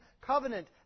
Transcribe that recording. covenant